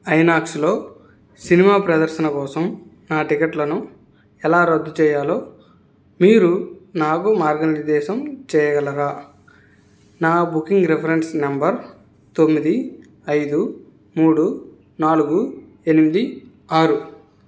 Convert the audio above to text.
ఐనాక్స్లో cinema ప్రదర్శన కోసం నా టిక్కెట్లను ఎలా రద్దు చేయాలో మీరు నాకు మార్గనిర్దేశం చేయగలరా నా బుకింగ్ రిఫరెన్స్ నెంబర్ తొమ్మిది ఐదు మూడు నాలుగు ఎనిమిది ఆరు